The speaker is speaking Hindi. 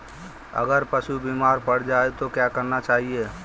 अगर पशु बीमार पड़ जाय तो क्या करना चाहिए?